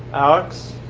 alex?